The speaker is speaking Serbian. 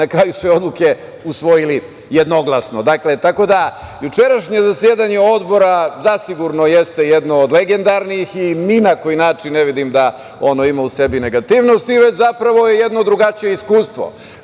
na kraju sve odluke usvojili jednoglasno. Tako da, jučerašnje zasedanje Odbora zasigurno jeste jedno od legendarnih i ni na koji način ne vidim da ono ima u sebi negativnost, već zapravo je jedno drugačije iskustvo,